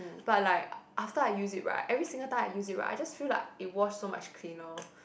but like after I use it right every single time I use it right I just feel like it wash so much cleaner